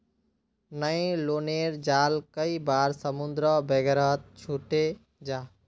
न्य्लोनेर जाल कई बार समुद्र वगैरहत छूटे जाह